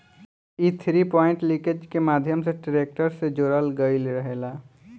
इ three point linkage के माध्यम से ट्रेक्टर से जोड़ल गईल रहेला